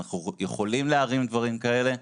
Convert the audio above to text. אנחנו יכולים להרים דברים כאלה,